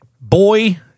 boy